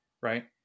Right